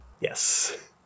Yes